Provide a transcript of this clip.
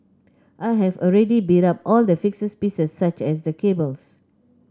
I have already built up all the fixed pieces such as the cables